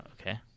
okay